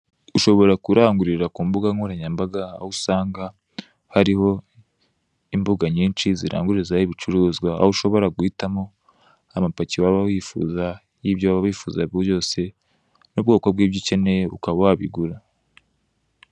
Ushobora kurangurira ku mbuga nkoranyambaga, aho usanga hariho imbuga nyinshi zirangurizaho ibicuruzwa, aho ushobora guhitamo amapaki waba wifuza y'ibyo waba wifuza byose, ubwoko bw'ibyo ukeneye ukaba wabigura.